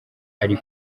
ari